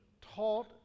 taught